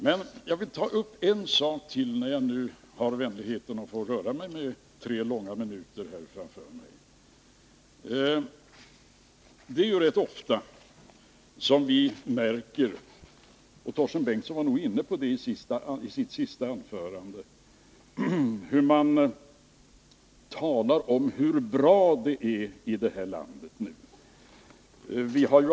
Men jag vill ta upp en sak till, när jag nu har tre långa minuter framför mig. Vi märker rätt ofta — Torsten Bengtson var inne på det — att det talas om hur bra det är i det här landet nu.